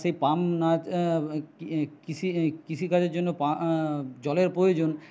সেই পাম্প কৃষি কৃষিকাজের জন্য জলের প্রয়োজন